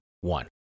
one